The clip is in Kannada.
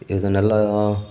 ಇದನ್ನೆಲ್ಲ